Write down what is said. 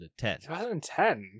2010